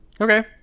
Okay